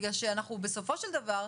בגלל שבסופו של דבר,